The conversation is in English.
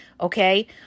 Okay